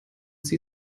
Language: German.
sie